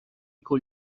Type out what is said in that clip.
con